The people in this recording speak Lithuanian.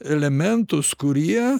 elementus kurie